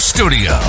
Studio